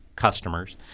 customers